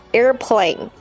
airplane